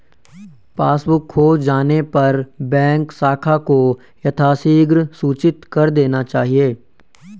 passbook खो जाने पर बैंक शाखा को यथाशीघ्र सूचित कर देना चाहिए